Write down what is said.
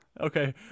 Okay